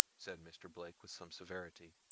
said mr. blake with some severity,